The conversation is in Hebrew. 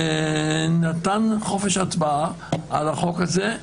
שנתן חופש הצבעה על החוק הזה.